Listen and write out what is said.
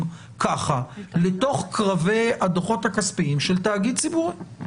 ככה לתוך קרבי הדוחות הכספיים של תאגיד ציבורי.